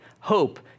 hope